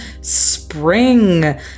Spring